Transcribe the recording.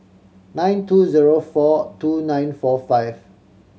nine two zero four two nine four five